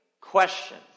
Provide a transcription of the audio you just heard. question